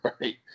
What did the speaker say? right